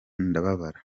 ndababara